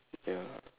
ya